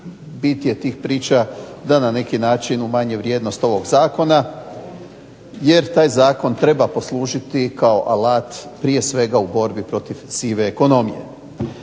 bit je tih priča da na neki način umanje vrijednost ovog zakona jer taj zakon treba poslužiti kao alat prije svega u borbi protiv sive ekonomije.